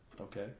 Okay